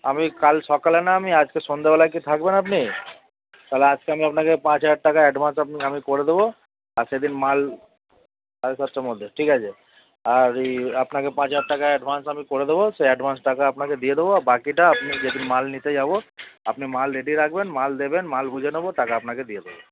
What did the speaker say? আমি কাল সকালে না আমি আজকে সন্ধ্যেবেলায় কি থাকবেন আপনি তাহলে আজকে আমি আপনাকে পাঁচ হাজার টাকা অ্যাডভান্স আমি করে দোবো আর সেদিন মাল সাড়ে পাঁচটার মধ্যে ঠিক আছে আর এই আপনাকে পাঁচ হাজার টাকা অ্যাডভান্স আমি করে দেবো সে অ্যাডভান্স টাকা আপনাকে দিয়ে দেবো বাকিটা আপনি যেদিন মাল নিতে যাবো আপনি মাল রেডি রাখবেন মাল দেবেন মাল বুঝে নেবো টাকা আপনাকে দিয়ে দেবো